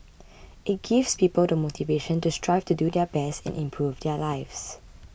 it gives people the motivation to strive to do their best and improve their lives